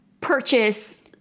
purchase